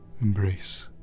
embrace